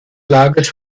lagers